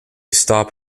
stop